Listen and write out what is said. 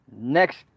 next